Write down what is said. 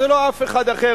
זה לא אף אחד אחר,